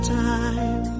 time